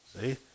see